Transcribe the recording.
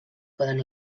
poden